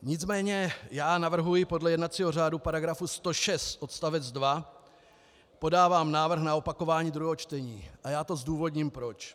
Nicméně já navrhuji podle jednacího řádu § 106 odst. 2, podávám návrh na opakování druhého čtení a zdůvodním proč.